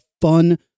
fun